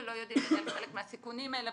אנחנו לא יודעים על חלק מהסיכונים האלה,